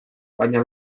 baina